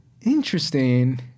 Interesting